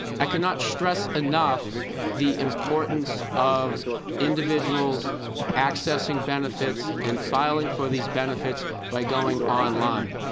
i cannot stress enough the importance of individuals accessing benefits and filing for these benefits by going online.